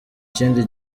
kindi